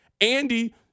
Andy